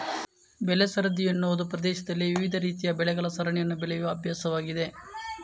ಬೆಳೆ ಸರದಿ ಎನ್ನುವುದು ಪ್ರದೇಶದಲ್ಲಿ ವಿವಿಧ ರೀತಿಯ ಬೆಳೆಗಳ ಸರಣಿಯನ್ನು ಬೆಳೆಯುವ ಅಭ್ಯಾಸವಾಗಿದೆ